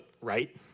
Right